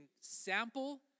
sample